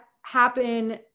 happen